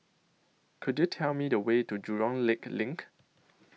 Could YOU Tell Me The Way to Jurong Lake LINK